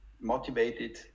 motivated